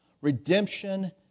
Redemption